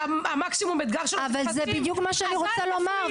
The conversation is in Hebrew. שמקסימום האתגר שלו זה --- אבל זה בדיוק מה שאני רוצה לומר,